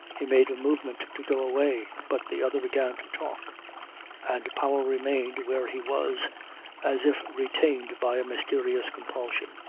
he made a movement to go away but the other began to talk and powell remained where he was as if retained by a mysterious compulsion.